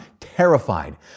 terrified